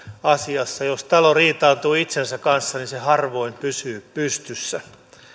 asiassa jos talo riitaantuu itsensä kanssa se harvoin pysyy pystyssä